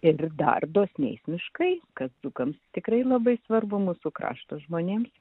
ir dar dosniais miškais kaip dzūkams tikrai labai svarbu mūsų krašto žmonėms